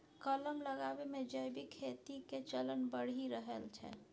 कलम लगाबै मे जैविक खेती के चलन बढ़ि रहल छै